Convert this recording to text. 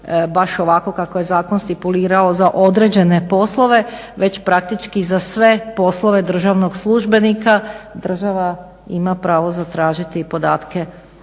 baš ovako kako je zakon stipulirao za određene poslove, već praktički za sve poslove državnog službenika država ima pravo zatražiti podatke